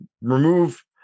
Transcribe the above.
remove